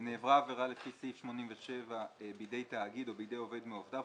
(ב)נעברה עבירה לפי סעיף 92 בידי תאגיד או בידי עובד מעובדיו,